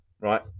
right